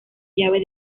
llave